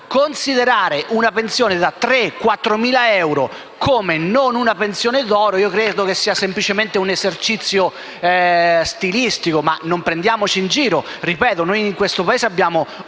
considerare una pensione da 3.000-4.000 euro come una pensione d'oro credo sia semplicemente un esercizio stilistico: non prendiamoci in giro.